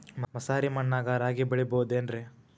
ಮಸಾರಿ ಮಣ್ಣಾಗ ರಾಗಿ ಬೆಳಿಬೊದೇನ್ರೇ?